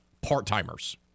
part-timers